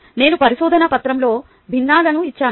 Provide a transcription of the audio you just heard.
నేనుపరిశోధన పత్రంలో భిన్నాలను ఇచ్చాను